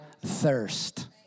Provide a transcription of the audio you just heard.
thirst